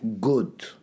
good